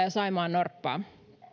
saimaannorppaa